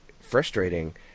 frustrating